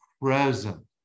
present